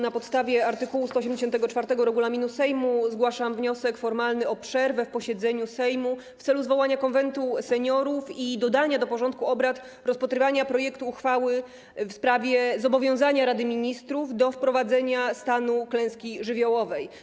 Na podstawie art. 184 regulaminu Sejmu zgłaszam wniosek formalny o przerwę w posiedzeniu Sejmu w celu zwołania Konwentu Seniorów i dodania do porządku obrad punktu dotyczącego rozpatrzenia projektu uchwały w sprawie zobowiązania Rady Ministrów do wprowadzenia stanu klęski żywiołowej.